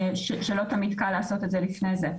שלא תמיד היה קל לעשות את זה לפני זה.